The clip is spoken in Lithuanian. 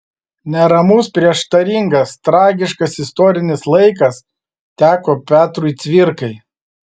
neramus prieštaringas tragiškas istorinis laikas teko petrui cvirkai